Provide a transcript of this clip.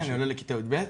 אני עולה לכיתה י"ב.